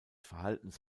verhaltens